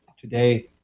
today